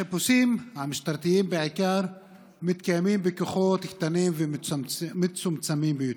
החיפושים המשטרתיים בעיקר מתקיימים בכוחות קטנים ומצומצמים ביותר.